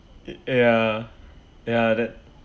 it ya ya that